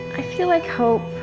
i feel like hope